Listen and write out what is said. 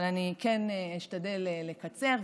אבל אני כן אשתדל לקצר,